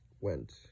went